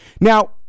Now